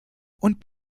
und